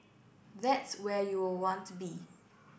that's where you will want to be